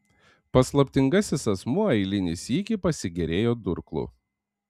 paslaptingasis asmuo eilinį sykį pasigėrėjo durklu